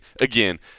again –